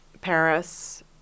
Paris